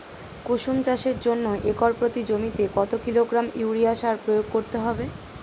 কুসুম চাষের জন্য একর প্রতি জমিতে কত কিলোগ্রাম ইউরিয়া সার প্রয়োগ করতে হবে?